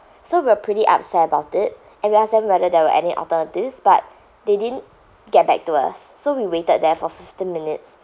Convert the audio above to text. so we're pretty upset about it and we asked them whether there were any alternatives but they didn't get back to us so we waited there for fifteen minutes